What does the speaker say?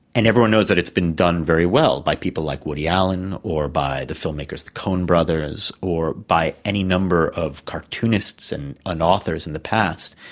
and everyone knows that it's been done very well by people like woody allen or by the film makers the coen brothers or by any number of cartoonists and and authors in the past.